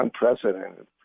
unprecedented